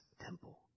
temple